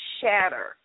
shatter